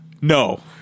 No